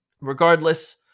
Regardless